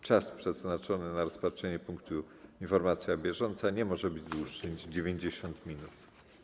Czas przeznaczony na rozpatrzenie punktu: Informacja bieżąca nie może być dłuższy niż 90 minut.